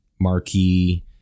marquee